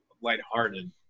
lighthearted